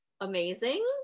Amazing